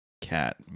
Cat